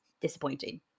disappointing